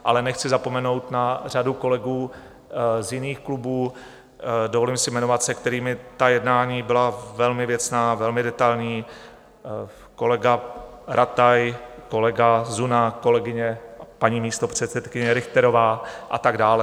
Ale nechci zapomenout na řadu kolegů z jiných klubů, dovolím si jmenovat, se kterými ta jednání byla velmi věcná, velmi detailní: kolega Rataj, kolega Zuna, kolegyně paní místopředsedkyně Richterová a tak dále.